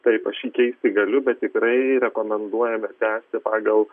taip aš jį keisti galiu bet tikrai rekomenduojame tęsti pagal